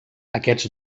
aquests